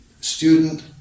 student